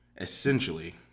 essentially